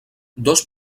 dos